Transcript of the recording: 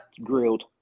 grilled